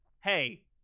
hey